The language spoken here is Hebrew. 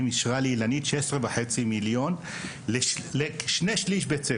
אישרה לי אילנית 16.5 מיליון שקל לשני-שליש בית ספר.